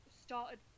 started